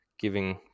giving